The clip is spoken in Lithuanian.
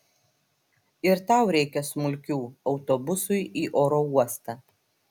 ir tau reikia smulkių autobusui į oro uostą